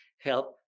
help